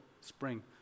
spring